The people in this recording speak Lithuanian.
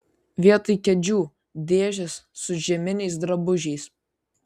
vietoj kėdžių dėžės su žieminiais drabužiais